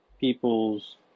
people's